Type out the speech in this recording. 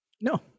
no